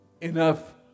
enough